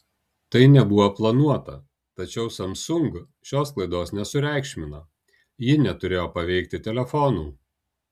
tai nebuvo planuota tačiau samsung šios klaidos nesureikšmino ji neturėjo paveikti telefonų